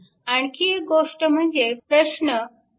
आणखी एक गोष्ट म्हणजे प्रश्न 3